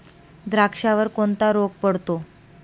द्राक्षावर कोणता रोग पडतो?